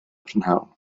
prynhawn